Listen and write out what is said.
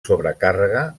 sobrecàrrega